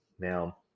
Now